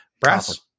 brass